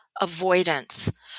avoidance